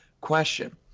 question